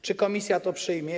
Czy Komisja to przyjmie?